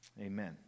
amen